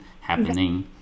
happening